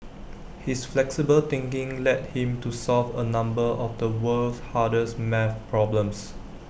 his flexible thinking led him to solve A number of the world's hardest maths problems